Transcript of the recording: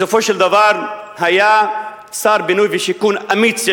בסופו של דבר היה שר בינוי ושיכון אמיץ,